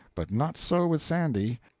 but not so with sandy.